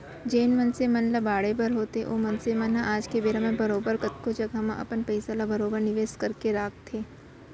जेन मनसे मन ल बाढ़े बर होथे ओ मनसे मन ह आज के बेरा म बरोबर कतको जघा म अपन पइसा ल बरोबर निवेस करके राखथें